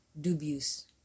dubious